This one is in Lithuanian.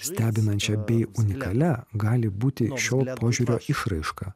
stebinančia bei unikalia gali būti šio požiūrio išraiška